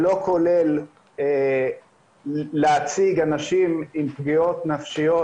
שלא כולל להציג אנשים עם פגיעות נפשיות